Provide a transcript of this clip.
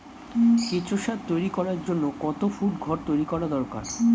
কেঁচো সার তৈরি করার জন্য কত ফুট ঘর তৈরি করা দরকার?